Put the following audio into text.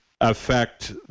affect